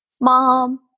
mom